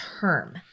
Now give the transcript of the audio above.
term